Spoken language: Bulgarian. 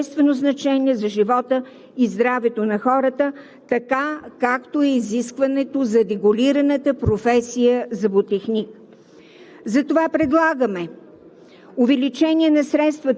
като осигурим тази дейност да е обществено значима и от съществено значение за живота и здравето на хората, както е изискването за регулираната професия „зъботехник“.